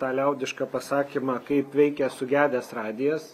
tą liaudišką pasakymą kaip veikia sugedęs radijas